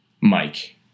Mike